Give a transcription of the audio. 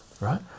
right